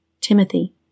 Timothy